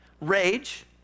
rage